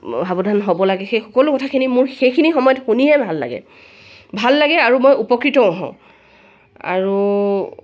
সাৱধান হ'ব লাগে সেই সকলো কথাখিনি মোৰ সেইখিনি সময়ত শুনিহে ভাল লাগে ভাল লাগে আৰু মই উপকৃতও হওঁ আৰু